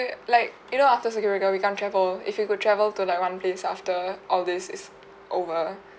like you know after circuit breaker we can't travel if you could travel to like one place after all this is over